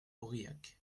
aurillac